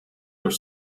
were